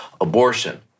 abortion